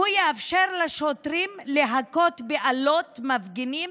שהוא יאפשר לשוטרים להכות באלות מפגינים